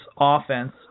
offense